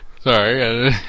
Sorry